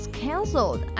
cancelled